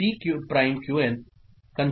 Qn D